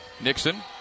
Nixon